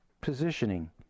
positioning